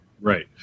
Right